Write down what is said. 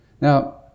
Now